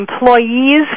employees